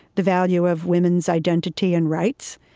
the value of women's identity and rights,